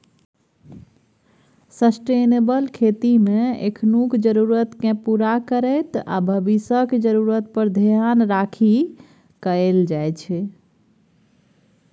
sustainable खेतीमे एखनुक जरुरतकेँ पुरा करैत आ भबिसक जरुरत पर धेआन राखि कएल जाइ छै